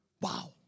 Wow